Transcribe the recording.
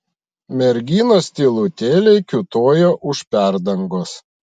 merginos tylutėliai kiūtojo už perdangos